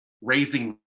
raising